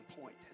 point